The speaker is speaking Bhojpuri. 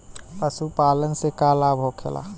पशुपालन से का लाभ होखेला?